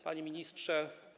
Panie Ministrze!